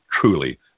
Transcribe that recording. truly